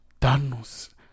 Danos